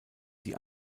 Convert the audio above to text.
die